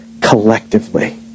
collectively